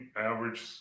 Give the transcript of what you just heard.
average